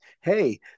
Hey